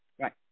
Right